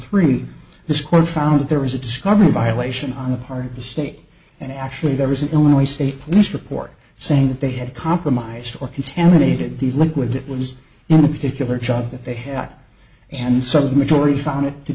court found that there was a discovery violation on the part of the state and actually there was an illinois state police report saying that they had compromised or contaminated the liquid that was in a particular job that they had and some of the majority found it to